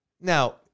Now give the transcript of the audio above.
Now